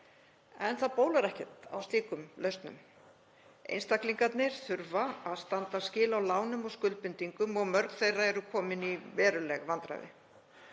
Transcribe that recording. en það bólar ekkert á slíkum lausnum. Einstaklingarnir þurfa að standa skil á lánum og skuldbindingum og mörg þeirra eru komin í veruleg vandræði.